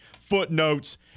Footnotes